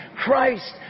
Christ